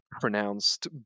pronounced